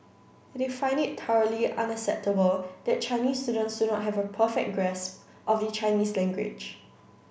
they find it thoroughly unacceptable that Chinese students do not have a perfect grasp of the Chinese language